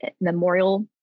memorial